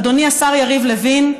אדוני השר יריב לוין,